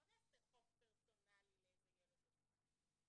לא נעשה חוק פרסונלי לאיזה ילד או שניים.